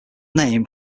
name